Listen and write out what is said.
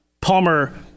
Palmer